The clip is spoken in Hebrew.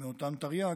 מאותן תרי"ג,